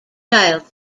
child